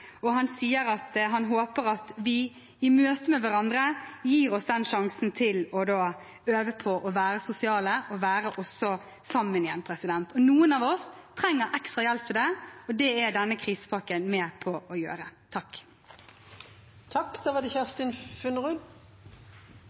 og han sier at han håper at vi i møte med hverandre gir oss den sjansen til å øve på å være sosiale, og også være sammen igjen. Noen av oss trenger ekstra hjelp til det, og det er denne krisepakken med på å